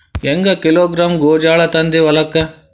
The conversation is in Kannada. ಹೆಂಗ್ ಕಿಲೋಗ್ರಾಂ ಗೋಂಜಾಳ ತಂದಿ ಹೊಲಕ್ಕ?